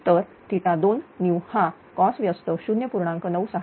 तर2new हा cos 10